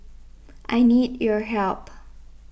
I need your help